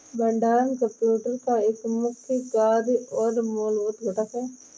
भंडारण कंप्यूटर का एक मुख्य कार्य और मूलभूत घटक है